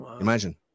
imagine